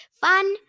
Fun